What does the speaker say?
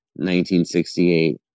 1968